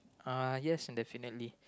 uh yes definitely